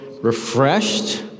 refreshed